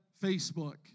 Facebook